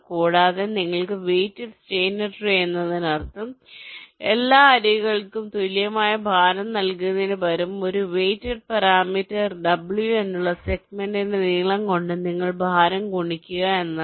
കൂടാതെ നിങ്ങൾക്ക് weighted Steiner tree എന്നതിനർത്ഥം എല്ലാ അരികുകൾക്കും തുല്യമായ ഭാരം നൽകുന്നതിനുപകരം ഒരു വെയ്റ്റ് പാരാമീറ്റർ W ഉള്ള ഒരു സെഗ്മെന്റിന്റെ നീളം കൊണ്ട് നിങ്ങൾ ഭാരം ഗുണിക്കുക എന്നതാണ്